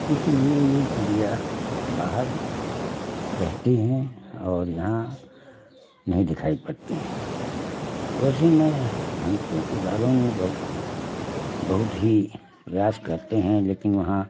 इसलिए यह चिड़ियाँ बाहर रहती हैं और यहाँ नहीं दिखाई पड़ती हैं वैसे मैं हंसों के घरों में बहुत बहुत ही रास करते हैं लेकिन वहाँ